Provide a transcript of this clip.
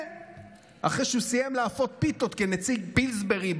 אחרי שהוא סיים לאפות פיתות כנציג פילסברי,